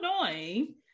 annoying